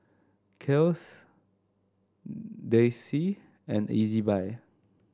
Kiehl's Delsey and Ezbuy